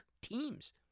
Teams